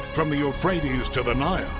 from the euphrates to the nile,